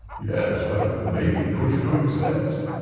yes, but it may be pushed to excess.